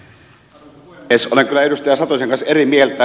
olen kyllä edustaja satosen kanssa eri mieltä